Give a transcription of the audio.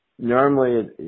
Normally